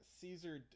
Caesar